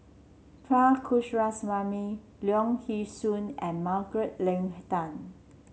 Coomaraswamy Leong Yee Soo and Margaret Leng Tan